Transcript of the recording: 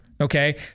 Okay